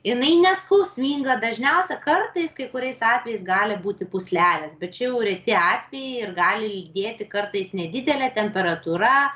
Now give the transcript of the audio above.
jinai neskausminga dažniausia kartais kai kuriais atvejais gali būti pūslelės bet čia reti atvejai ir gali lydėti kartais nedidelė temperatūra